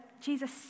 Jesus